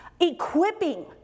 equipping